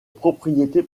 propriété